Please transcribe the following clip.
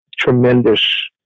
tremendous